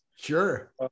Sure